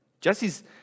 Jesse's